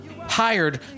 Hired